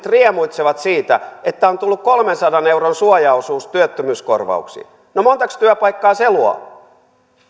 riemuitsevat siitä että on tullut kolmensadan euron suojaosuus työttömyyskorvauksiin no montakos työpaikkaa se luo